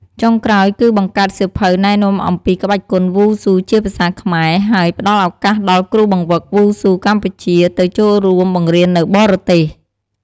ចុងក្រោយគឺបង្កើតសៀវភៅណែនាំអំពីក្បាច់គុនវ៉ូស៊ូជាភាសាខ្មែរ ហើយផ្ដល់ឱកាសដល់គ្រូបង្វឹកវ៉ូស៊ូកម្ពុជាទៅចូលរួមបង្រៀននៅបរទេស។